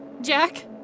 Jack